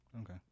Okay